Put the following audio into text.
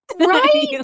Right